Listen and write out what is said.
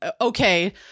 okay